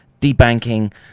debanking